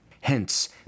Hence